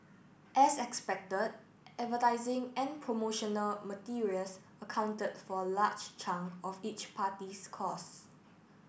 as expected advertising and promotional materials accounted for a large chunk of each party's costs